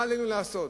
מה עלינו לעשות?